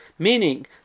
Meaning